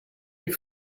des